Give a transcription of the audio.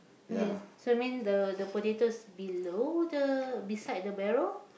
okay so you mean the the potatoes below the beside the barrel